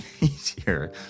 easier